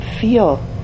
feel